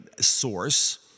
source